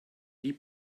die